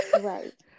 Right